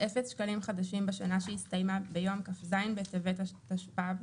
0 שקלים חדשים בשנה שהסתיימה ביום כ"ז בטבת התשפ"ב,